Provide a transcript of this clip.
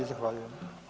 Zahvaljujem.